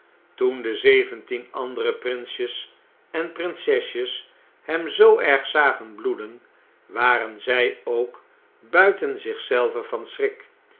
toen de zeventien andere prinsjes en prinsesjes hem zoo erg zagen bloeden waren zij ook buiten zich zelve van schrik